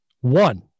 One